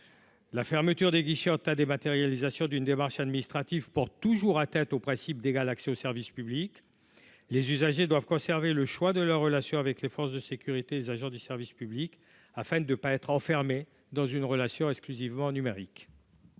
La fermeture des guichets dématérialisation d'une démarche administrative pour toujours à tête au principe d'égal accès au service public, les usagers doivent conserver le choix de leurs relations avec les forces de sécurité, les agents du service public afin de pas être enfermé dans une relation exclusivement numérique.